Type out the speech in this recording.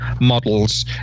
models